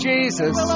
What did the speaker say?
Jesus